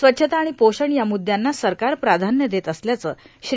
स्वच्छता आणि पोषण या म्रद्यांना सरकार प्राधान्य देत असल्याचं श्री